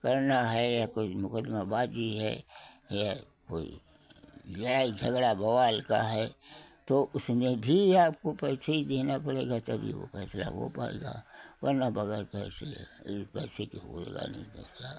करना है या कोई मुकदमा बाजी है या कोई लड़ाई झगड़ा बवाल का है तो उसमें भी आपको पैसे ही देना पड़ेगा तभी वो फैसला हो पाएगा वरना वगैर फैसले ए पैसे के होएगा नहीं फैसला